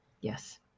Yes